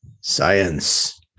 Science